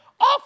Off